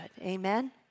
Amen